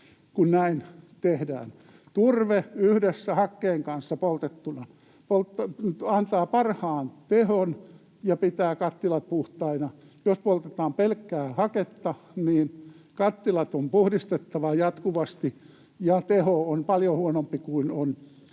Turve yhdessä hakkeen kanssa poltettuna antaa parhaan tehon ja pitää kattilat puhtaina. Jos poltetaan pelkkää haketta, niin kattilat on puhdistettava jatkuvasti ja teho on paljon huonompi kuin on